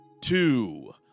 two